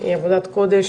היא עבודת קודש,